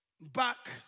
back